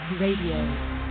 Radio